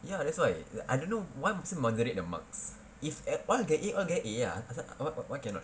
ya that's why like I don't know what must they moderate the marks if one get A one get A lah why cannot